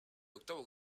octavo